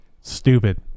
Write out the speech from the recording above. Stupid